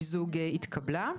ההצעה למיזוג התקבלה.